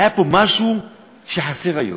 היה פה משהו שחסר היום: